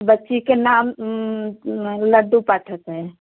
बच्ची का नाम लड्डू पाठक है